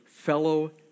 Fellow